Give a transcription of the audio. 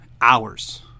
hours